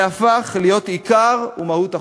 והפך להיות עיקר ומהות החוק.